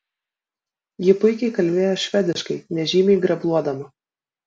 ji puikiai kalbėjo švediškai nežymiai grebluodama